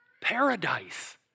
paradise